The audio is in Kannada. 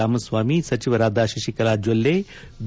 ರಾಮಸ್ವಾಮಿ ಸಚಿವರಾದ ಶಶಿಕಲಾ ಜೊಲ್ಲೆ ಬಿ